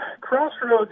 crossroads